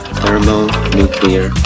Thermonuclear